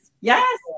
Yes